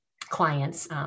clients